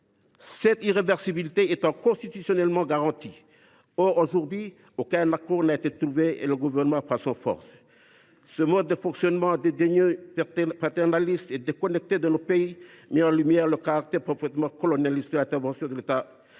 cette “irréversibilité” étant constitutionnellement garantie ». Or, aujourd’hui, aucun accord n’a été trouvé et le Gouvernement passe en force. Ce mode de fonctionnement dédaigneux, paternaliste et déconnecté de nos pays met en lumière le caractère profondément colonialiste de l’intervention de l’État